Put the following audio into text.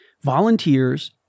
volunteers